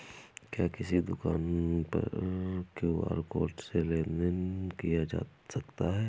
क्या किसी दुकान पर क्यू.आर कोड से लेन देन देन किया जा सकता है?